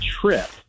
trip